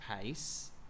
pace